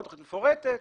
תכנית מפורטת.